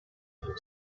him